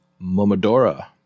Momodora